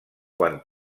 quan